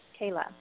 Kayla